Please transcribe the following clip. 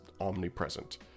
omnipresent